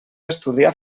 estudiar